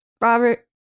Robert